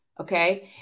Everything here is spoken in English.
Okay